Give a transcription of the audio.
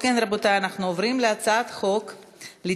העונשין (נשיאת מאסר בעבודות שירות, הוראת שעה),